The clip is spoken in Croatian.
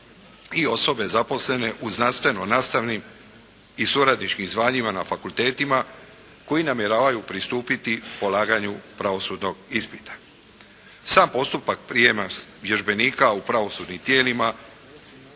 i osobe zaposlene u znanstveno-nastavnim i suradničkim zvanjima na fakultetima koji namjeravaju pristupiti polaganju pravosudnog ispita. Sam postupak prijema vježbenika u pravosudnim tijelima